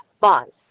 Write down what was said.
bonds